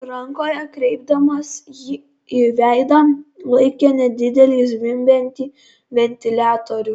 rankoje kreipdamas jį į veidą laikė nedidelį zvimbiantį ventiliatorių